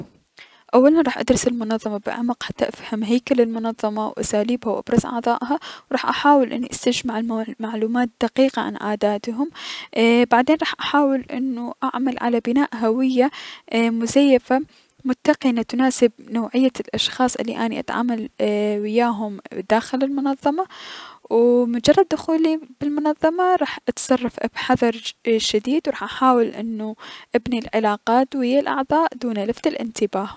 اولا راح ادرس المنظمة بعمق حتى افهم هيكل المنظمة و اساليبها و ابرز اعضائها، و راح احاول اني استجمع معلومات دقيقة عن عاداتهم، بعدين راح احاول انو اعمل على بناء هوية مزيفة متقنة تناسب نوعية الأشخاص الي اني اتعامل ا- وياهم داخل المنظمة، و بمجرد دخولي بلمنظمة راح اتصرف بحذر شديد و راح احاول انو ابني العلاقات ويا الأعضاء دون لفت الأننتباه.